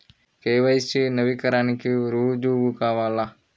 KYC నవీకరణకి రుజువు కావాలా?